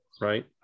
right